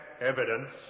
evidence